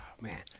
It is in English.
man